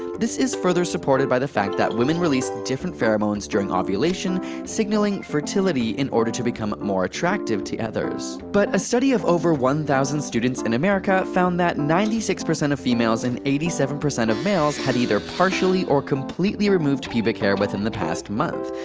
this is further supported by the fact that women release different pheromones during um ovulation signaling fertility in order to become more attractive to others. but a study of over one thousand students in america found that ninety six percent of females and eighty seven percent of males had either partially or completely removed pubic hair within the past month.